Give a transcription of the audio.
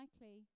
likely